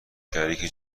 شریک